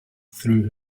through